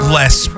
less